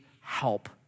help